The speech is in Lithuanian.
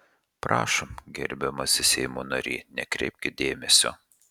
prašom gerbiamasis seimo nary nekreipkit dėmesio